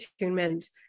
attunement